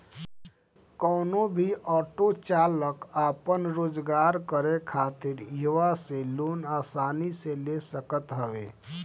कवनो भी ऑटो चालाक आपन रोजगार करे खातिर इहवा से लोन आसानी से ले सकत हवे